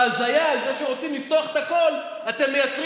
בהזיה על זה שרוצים לפתוח את הכול אתם מייצרים